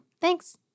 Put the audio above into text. Thanks